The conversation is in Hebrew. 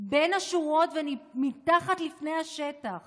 בין השורות ומתחת לפני השטח